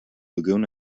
lagoon